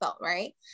Right